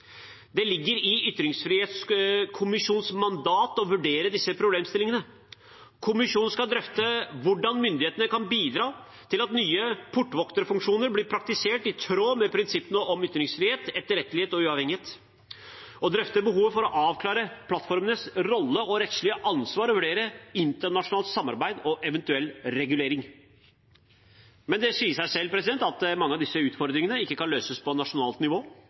Det ligger i ytringsfrihetskommisjonens mandat å vurdere disse problemstillingene. Kommisjonen skal drøfte hvordan myndighetene kan bidra til at nye portvokterfunksjoner blir praktisert i tråd med prinsippene om ytringsfrihet, etterrettelighet og uavhengighet, og drøfte behovet for å avklare plattformenes rolle og rettslige ansvar og vurdere internasjonalt samarbeid og eventuell regulering. Det sier seg selv at mange av disse utfordringene ikke kan løses på nasjonalt nivå.